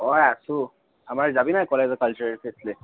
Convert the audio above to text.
অঁ আছো আমাৰ যাবি নাই কলেজৰ কালচাৰেল ফেষ্টিভেল